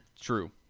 True